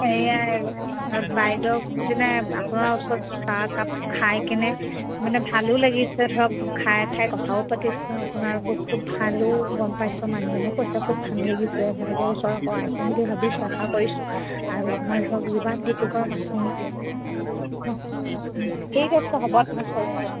সেয়াই আৰু বাইদেউক যেনে আপোনাৰ ওচৰত চাহ একাপ খাই কেনে মানে ভালো লাগিছে ধৰক খাই খাই কথাও পাতিছোঁ আপোনাৰ বো খুব ভালো গম পাইছোঁ মানুহজনেও কৈছে খুব ভাল লাগিছে বাইদেউৰ ওচৰত আকৌ আহিম বুলি ভাবিছোঁ আশা কৰিছোঁ আৰু আমাৰ ধৰক যিমান ডিব্ৰুগড়ৰৰ মানুহ ঠিক আছে হ'ব তেনে থৈছো অঁ